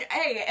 hey